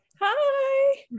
Hi